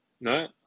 No